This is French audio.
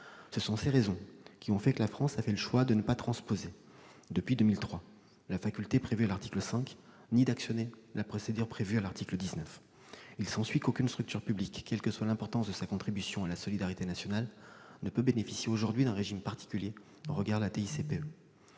C'est pour ces raisons que la France a fait le choix de ne pas transposer, depuis 2003, la faculté prévue à l'article 5 ni d'actionner la procédure prévue à l'article 19. Il s'ensuit qu'aucune structure publique, quelle que soit l'importance de sa contribution à la solidarité nationale, ne peut bénéficier, aujourd'hui, d'un régime particulier au regard de la TICPE.